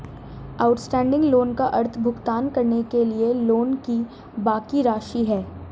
outstanding loan का अर्थ भुगतान करने के लिए लोन की बाकि राशि है